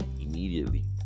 immediately